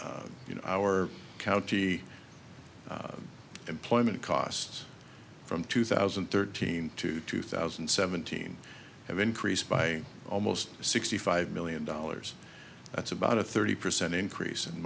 before you know our county employment costs from two thousand and thirteen to two thousand and seventeen have increased by almost sixty five million dollars that's about a thirty percent increase